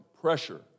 pressure